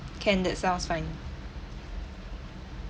can that sounds fine